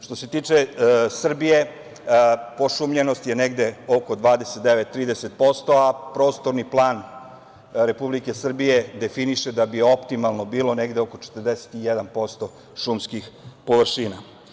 Što se tiče Srbije, pošumljenost je negde oko 29-30%, a prostorni plan Republike Srbije definiše da bi optimalno bilo negde oko 41% šumskih površina.